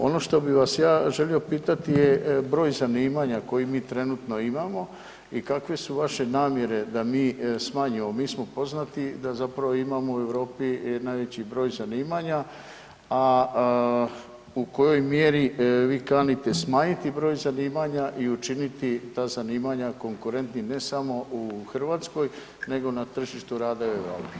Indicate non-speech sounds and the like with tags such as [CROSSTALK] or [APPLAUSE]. Ono što bi vas ja želio pitati je broj zanimanja koje mi trenutno imamo i kakve su vaše namjere da mi smanjimo, mi smo poznati da zapravo imamo u Europi najveći broj zanimanja a u kojoj mjeri vi kanite smanjiti broj zanimanja i učiniti ta zanimanja konkurentnim ne samo u Hrvatskoj nego na tržištu rada i ... [UNINTELLIGIBLE] Hvala lijepo.